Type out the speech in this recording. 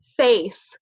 face